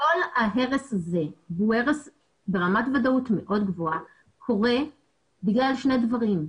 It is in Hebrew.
כל ההרס הזה - והוא הרס ברמת ודאות מאוד גבוהה קורה בגלל שני דברים,